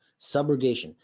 subrogation